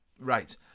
Right